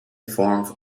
form